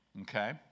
okay